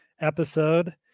episode